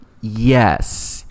Yes